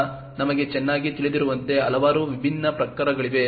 ಆದ್ದರಿಂದ ನಮಗೆ ಚೆನ್ನಾಗಿ ತಿಳಿದಿರುವಂತೆ ಹಲವಾರು ವಿಭಿನ್ನ ಪ್ರಕಾರಗಳಿವೆ